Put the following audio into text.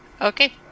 okay